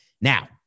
Now